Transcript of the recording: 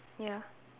ya